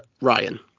Ryan